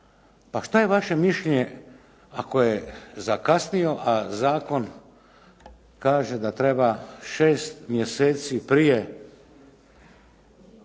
pa šta je vaše mišljenje ako je zakasnio, a zakon kaže da treba 6 mjeseci prije